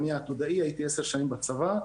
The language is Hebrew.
אני עתודאי, הייתי עשר שנים בצבא,